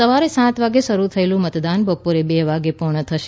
સવારે સાત વાગે શરૂ થયેલું મતદાન બપોરે બે વાગે પૂર્ણ થશે